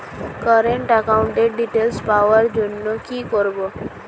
Current একাউন্টের details পাওয়ার জন্য কি করব?